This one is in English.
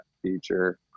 future